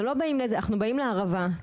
אנחנו באים לערבה,